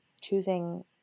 choosing